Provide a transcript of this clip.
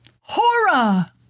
Hora